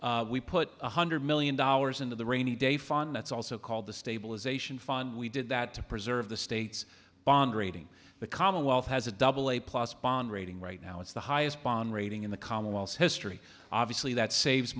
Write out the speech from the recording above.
money we put one hundred million dollars into the rainy day fund that's also called the stabilization fund we did that to preserve the state's bond rating the commonwealth has a double a plus bond rating right now it's the highest bond rating in the commonwealth history obviously that saves